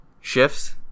shifts